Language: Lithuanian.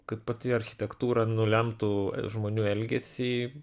kad pati architektūra nulemtų žmonių elgesį